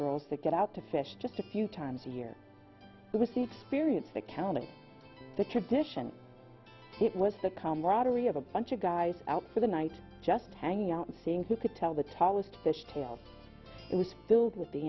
girls to get out to fish just a few times a year it was the experience the county the tradition it was the camaraderie of a bunch of guys out for the night just hanging out and seeing who could tell the tallest fishtail it was filled with the